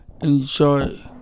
Enjoy